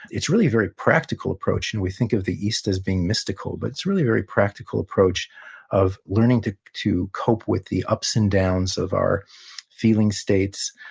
it's really a very practical approach. and we think of the east as being mystical, but it's really a very practical approach of learning to to cope with the ups and downs of our feeling states,